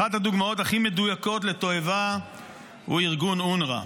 אחת הדוגמאות הכי מדויקות לתועבה היא ארגון אונר"א.